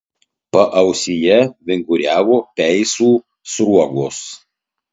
paausyje vinguriavo peisų sruogos